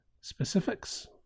specifics